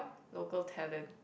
local talent